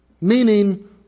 meaning